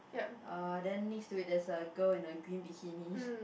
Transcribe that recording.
uh then next to it there's a girl in a green bikini